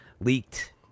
leaked